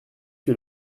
que